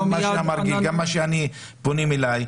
גם מה ש --- גם אני שפונים אליי,